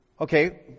okay